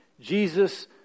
Jesus